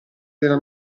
della